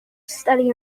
study